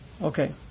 Okay